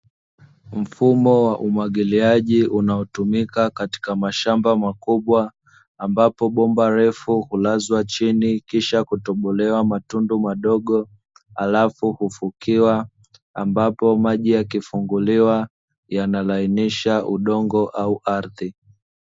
Mfumo wa umwagiliaji ambao utumika katika mashamba makubwa ambapo bomba refu hulazwa chini kisha kutobolewa matundu madogo, halafu kufukiwa ambapo maji yakifunguliwa yanalainisha udongo au ardhi.